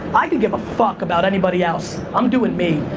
i could give a fuck about anybody else. i'm doin' me.